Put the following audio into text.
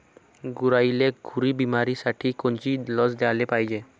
गुरांइले खुरी बिमारीसाठी कोनची लस द्याले पायजे?